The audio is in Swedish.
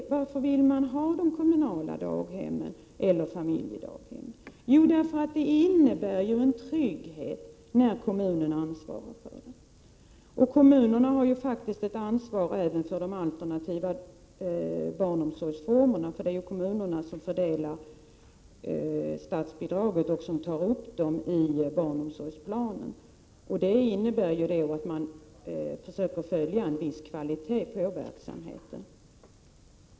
Varför vill man ha de kommunala daghemmen eller familjedaghemmen? Jo, därför att det innebär en trygghet när kommunen har ansvar för barnomsorgen. Kommunerna har faktiskt ett ansvar även för de alternativa barnomsorgsformerna, eftersom det ju är kommunerna som fördelar statsbidraget och gör upp barnomsorgsplanen. Det innebär att man försöker hålla en viss kvalitet på verksamheten.